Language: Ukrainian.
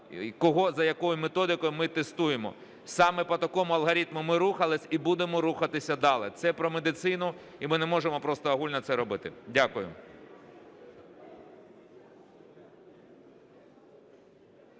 за якою методико ми тестуємо. Саме по такому алгоритму ми рухались і будемо рухатися далі. Це про медицину, і ми не можемо просто огульно це робити. Дякую.